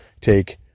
take